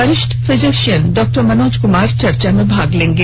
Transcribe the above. वरिष्ठ physician doctor Manoj Kumar चर्चा में भाग लेंगे